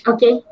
Okay